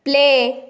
play